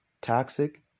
Toxic